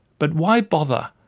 but why bother?